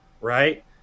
Right